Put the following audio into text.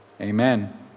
amen